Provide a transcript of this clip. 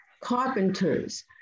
carpenters